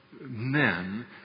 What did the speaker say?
men